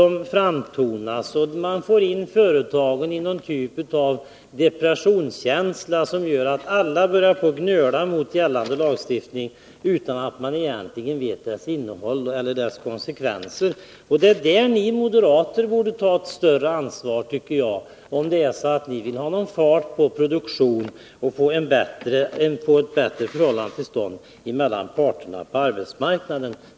Man ger företagen ett slags depression, som gör att alla börjar gnöla om gällande lagstiftning utan att egentligen känna till dess innehåll eller konsekvenser. Det är på den punkten ni moderater borde ta ett större ansvar, om ni vill ha fart på produktionen och få till stånd ett bättre förhållande mellan parterna på arbetsmarknaden.